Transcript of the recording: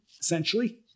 essentially